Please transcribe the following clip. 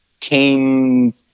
came